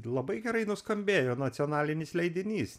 labai gerai nuskambėjo nacionalinis leidinys